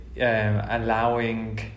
allowing